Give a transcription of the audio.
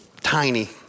tiny